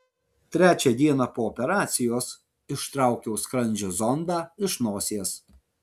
trečią dieną po operacijos ištraukiau skrandžio zondą iš nosies